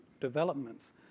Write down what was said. developments